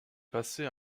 passé